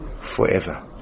forever